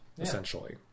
essentially